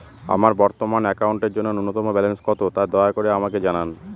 আমার বর্তমান অ্যাকাউন্টের জন্য ন্যূনতম ব্যালেন্স কত, তা দয়া করে আমাকে জানান